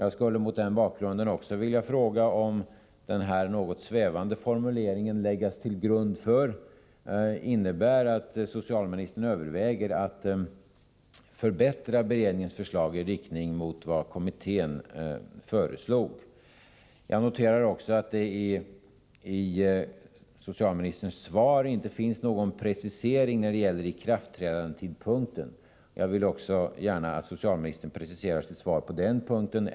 Jag skulle mot den bakgrunden också vilja fråga om den något svävande formuleringen ”läggas till grund för” innebär att socialministern överväger att förbättra beredningens förslag i riktning mot vad kommittén föreslog. Jag noterar också att det i socialministerns svar inte finns någon precisering när det gäller ikraftträdandetidpunkten, och jag vill också gärna att socialministern preciserar sitt svar på den punkten.